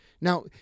Now